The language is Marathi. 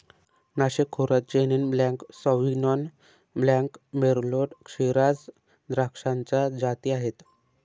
नाशिक खोऱ्यात chenin blanc, sauvignon blanc, merlot, shiraz द्राक्षाच्या जाती आहेत